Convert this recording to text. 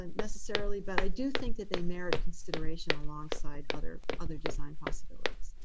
and necessarily, but i do think that they merit consideration alongside other other design possibilities.